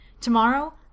Tomorrow